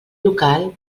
local